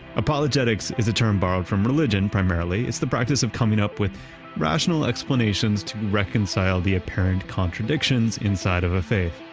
apologetics is a term borrowed from religion, primarily, is the practice of coming up with rational explanations to reconcile the apparent contradictions inside of a faith.